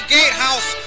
Gatehouse